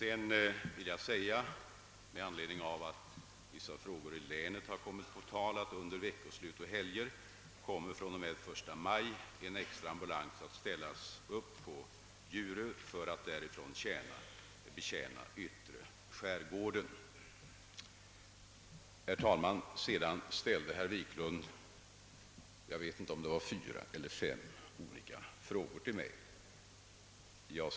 Eftersom vissa frågor beträffande länet har kommit på tal vill jag framhålla, att från den 1 maj kommer under veckoslut och helger en extra ambulans att ställas upp på Djurö för att därifrån betjäna den yttre skärgården. Herr Wiklund ställde vidare fyra eller fem olika frågor till mig.